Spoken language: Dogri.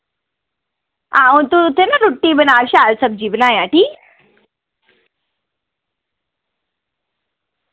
हां हू'न तू ते ना रुट्टी बना शैल सब्जी बनायां ठीक